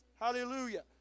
Hallelujah